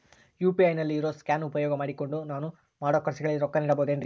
UPI ನಲ್ಲಿ ಇರೋ scan ಉಪಯೋಗ ಮಾಡಿಕೊಂಡು ನಾನು ಮಾಡೋ ಖರ್ಚುಗಳಿಗೆ ರೊಕ್ಕ ನೇಡಬಹುದೇನ್ರಿ?